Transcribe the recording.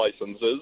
licenses